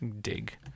dig